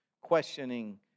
questioning